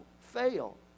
fail